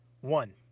One